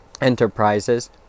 enterprises